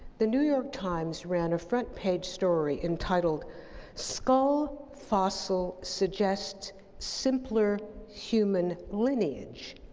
the new york times ran a front page story entitled skull fossil suggests simpler human lineage,